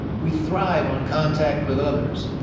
we thrive on contact with others.